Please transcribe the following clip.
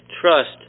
trust